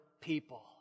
people